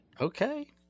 Okay